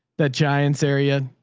that giants area.